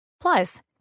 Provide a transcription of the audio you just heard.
Plus